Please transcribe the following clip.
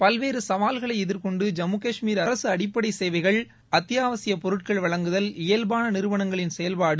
பல்வேறு சவால்களை எதிர்கொண்டு ஜம்மு கஷ்மீர் அரசு அடிப்படை சேவைகள் அத்தியாவசிய பொருட்கள் வழங்குதல் இயல்பாள நிறுவனங்களின் செயல்பாடு